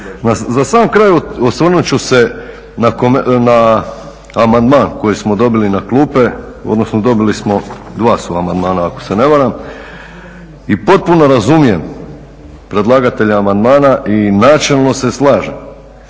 Za sam kraj osvrnut ću se na amandman koji smo dobili na klupe, odnosno dobili smo 2 su amandmana ako se ne varam i potpuno razumijem predlagatelja amandmana i načelno se slažem.